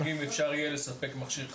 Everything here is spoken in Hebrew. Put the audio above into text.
במקרים חריגים אפשר יהיה לספק מכשיר חליפי?